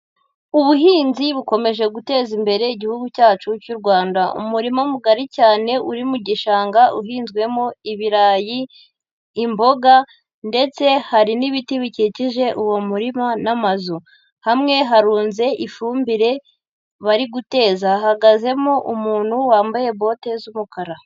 Ubuhinzi bukomeje guteza imbere Igihugu cyacu cy'u Rwanda, umurima mugari cyane uri mu gishanga uhinzwemo ibirayi, imboga ndetse hari n'ibiti bikikije uwo murima n'amazu, hamwe harunze ifumbire bari guteza, hahagazemo umuntu wambaye bote z'umukara.